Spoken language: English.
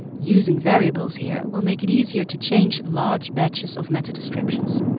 using variables here will make it easier to change large batches of meta descriptions.